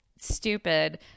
stupid